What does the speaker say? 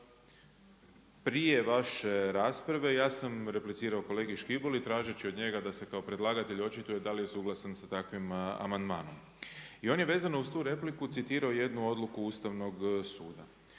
prije vaše rasprave ja sam replicirao kolegi Škiboli tražeći od njega da se kao predlagatelj očituje da li je suglasan sa takvim amandmanom i on je vezano uz tu repliku citirao jednu odluku Ustavnog suda.